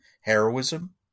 heroism